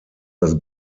das